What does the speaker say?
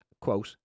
quote